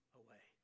away